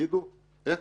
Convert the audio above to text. ותגידו איך